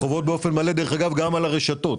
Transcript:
החובות צריכות לחול באופן מלא גם על הרשתות,